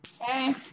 Hey